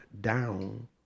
down